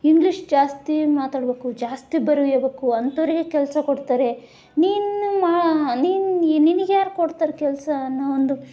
English ಜಾಸ್ತಿ ಮಾತಾಡ್ಬೇಕು ಜಾಸ್ತಿ ಬರಿಯಬೇಕು ಅಂಥೋರಿಗೆ ಕೆಲಸ ಕೊಡ್ತಾರೆ ನಿನ್ನ ಮಾ ನಿನ್ನ ನಿನಗ್ಯಾರು ಕೊಡ್ತಾರೆ ಕೆಲಸ ಅನ್ನೋ ಒಂದು